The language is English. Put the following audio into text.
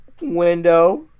Window